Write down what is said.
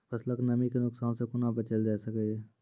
फसलक नमी के नुकसान सॅ कुना बचैल जाय सकै ये?